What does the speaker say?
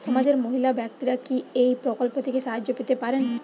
সমাজের মহিলা ব্যাক্তিরা কি এই প্রকল্প থেকে সাহায্য পেতে পারেন?